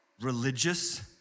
religious